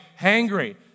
hangry